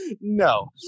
No